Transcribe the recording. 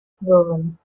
ddwfn